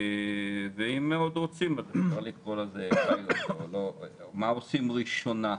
ואם מאוד רוצים אפשר לקרוא לזה פיילוט של מה עושים ראשונה,